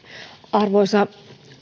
arvoisa